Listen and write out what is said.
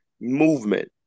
movement